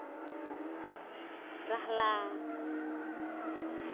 ᱨᱟᱦᱚᱞᱟ